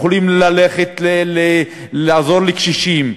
הם יכולים ללכת לעזור לקשישים,